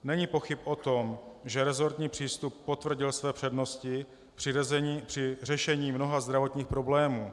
Není pochyb o tom, že resortní přístup potvrdil své přednosti při řešení mnoha zdravotních problémů.